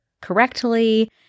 correctly